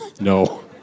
No